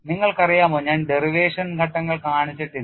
നിങ്ങൾക്കറിയാമോ ഞാൻ ഡെറിവേഷൻ ഘട്ടങ്ങൾ കാണിച്ചിട്ടില്ല